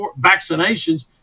vaccinations